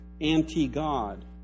anti-God